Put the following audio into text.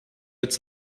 its